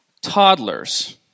Toddlers